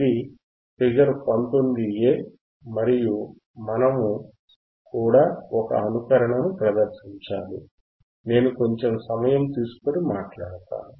ఇది ఫిగర్ 19ఎ మరియు మనము కూడా ఒక అనుకరణను ప్రదర్శించాలి నేను కొంచెం సమయం తీసుకుని మాట్లాడతాను